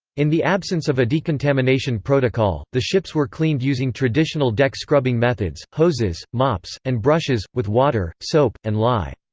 in the absence of a decontamination protocol, the ships were cleaned using traditional deck-scrubbing methods hoses, mops, and brushes, with water, soap, and lye.